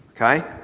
Okay